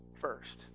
first